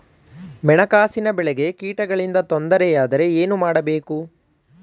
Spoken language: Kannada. ಮೆಣಸಿನಕಾಯಿ ಬೆಳೆಗೆ ಕೀಟಗಳಿಂದ ತೊಂದರೆ ಯಾದರೆ ಏನು ಮಾಡಬೇಕು?